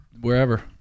wherever